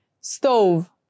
Stove